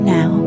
Now